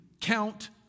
count